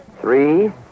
Three